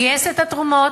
גייס את התרומות,